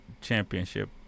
championship